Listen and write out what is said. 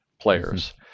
players